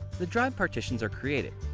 the drive partitions are created.